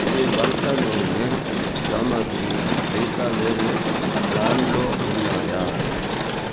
ఈ వంట నూనె సామాగ్రి ఇంకా వేరే బ్రాండ్లో ఉన్నాయా